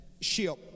ship